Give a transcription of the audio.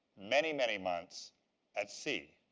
many, many months at sea?